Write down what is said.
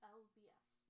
lbs